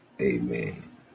Amen